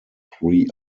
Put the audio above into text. three